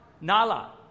Nala